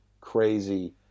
crazy